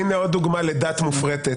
הינה עוד דוגמה לדת מופרטת,